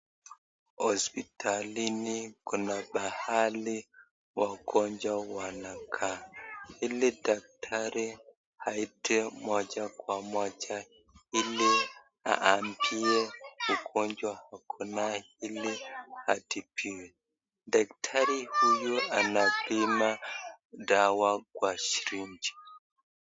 Hospitalini kuna pahali wagonjwa wanakaa ili daktari aite moja kwa moja ili aambie ugonjwa akuna ili atibiwe. Daktari huyu anapima dawa kwa siringi.